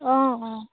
অঁ অঁ